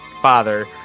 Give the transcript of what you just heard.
father